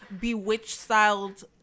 bewitch-styled